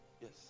Yes